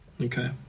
Okay